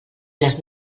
les